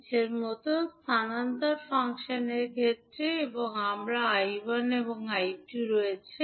𝐼1 হবে স্থানান্তর ফাংশনের ক্ষেত্রে এখন আমাদের 𝐼1 এবং 𝐼2 রয়েছে